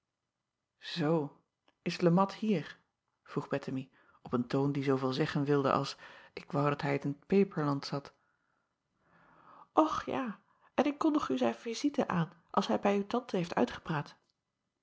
oo is e at hier vroeg ettemie op een toon acob van ennep laasje evenster delen die zooveel zeggen wilde als ik woû dat hij in t eperland zat ch ja en ik kondig u zijn visite aan als hij bij uw ante heeft uitgepraat